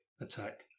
attack